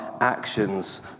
actions